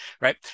right